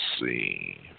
see